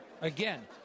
Again